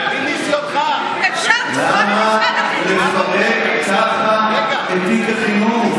למה לפרק כך את תיק החינוך?